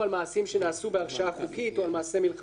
שנעשו בהרשאה חוקית או על מעשה מלחמתי.